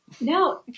No